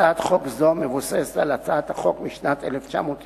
הצעת חוק זו מבוססת על הצעת החוק משנת 1995,